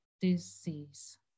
disease